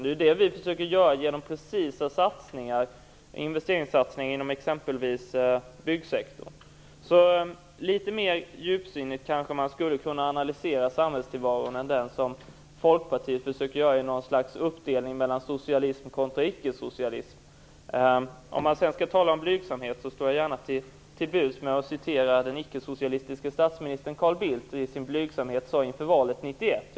Det är det vi försöker göra genom precisa investeringssatsningar inom exempelvis byggsektorn. Man kanske skulle kunna göra en litet mer djupsinnig analys av samhällstillvaron än den som Folkpartiet försöker göra i någon slagt uppdelning i socialism kontra icke-socialism. Om man sedan skall tala om blygsamhet så står jag gärna till tjänst med att citera vad den ickesocialistiske blivande statsministern Carl Bildt i sin blygsamhet sade inför valet 1991.